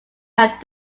had